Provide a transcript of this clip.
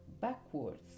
backwards